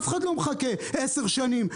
אף אחד לא מחכה 10 שנים,